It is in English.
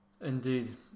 indeed